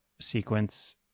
sequence